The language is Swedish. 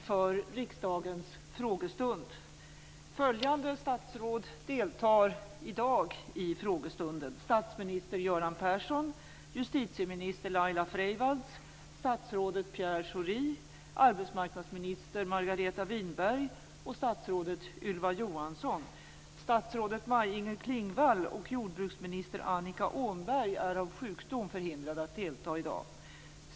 Följande statsråd deltar i dag i frågestunden: Freivalds, statsrådet Pierre Schori, arbetsmarknadsminister Margareta Winberg och statsrådet Ylva Johansson. Statsrådet Maj-Inger Klingvall och jordbruksminister Annika Åhnberg är av sjukdom förhindrade att delta i dag.